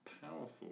powerful